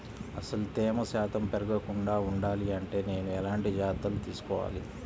అసలు తేమ శాతం పెరగకుండా వుండాలి అంటే నేను ఎలాంటి జాగ్రత్తలు తీసుకోవాలి?